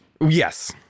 Yes